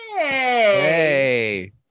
Hey